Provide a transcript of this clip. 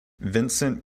vincent